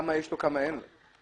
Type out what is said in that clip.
כמה יש לו וכמה אין לו.